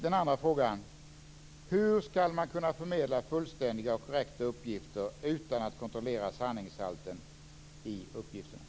Den andra frågan gäller hur man skall kunna förmedla fullständiga och korrekta uppgifter utan att kontrollera sanningshalten i uppgifterna.